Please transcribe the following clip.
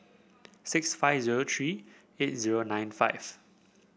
six five zero three eight zero nine five